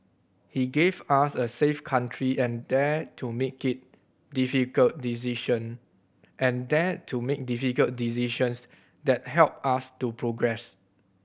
he gave us a safe country and dared to make it difficult decision and dared to make difficult decisions that helped us to progress